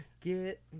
Get